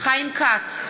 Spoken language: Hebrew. חיים כץ,